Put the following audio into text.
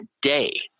day